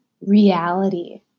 Reality